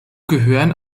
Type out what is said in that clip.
gehören